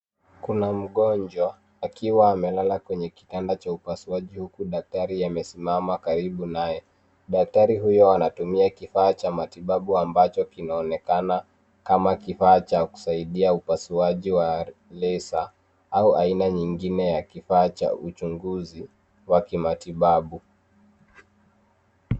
Kuna mgonjwa akiwa amelala kwenye kitanda cha upasuaji huku daktari amesimama karibu naye. Daktari huyo anatumia kifaa cha matibabu ambacho kinaonekana kama kifaa cha kusaidia upasuaji wa laser au aina nyingine ya kifaa cha uchunguzi wa kimatibabu.